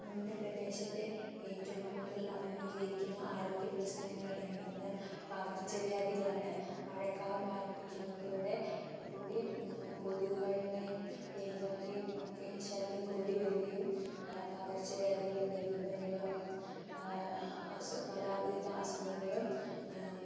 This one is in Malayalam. നമ്മുടെ പ്രദേശത്തെ ഏറ്റവും കൂടുതൽ അഭിമുഖീകരിക്കുന്ന ആരോഗ്യപ്രശ്നങ്ങൾ എന്നു പറഞ്ഞാൽ പകർച്ച വ്യാധികളാണ് മഴക്കാലം ആരംഭിക്കുന്നതോടു കൂടി കൊതുകുകളുടെയും എലികളുടെയും ഒക്കെ ശല്യം കൂടിവരികയും പകർച്ചവ്യാധികളും ഡെങ്കിപ്പനികളോ പലവിധ അസുഖങ്ങളും